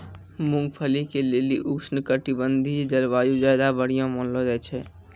मूंगफली के लेली उष्णकटिबंधिय जलवायु ज्यादा बढ़िया मानलो जाय छै